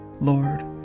Lord